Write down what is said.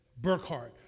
Burkhart